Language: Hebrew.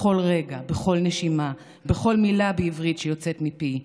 בכל רגע, בכל נשימה, בכל מילה בעברית שיוצאת מפי.